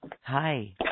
Hi